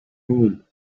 home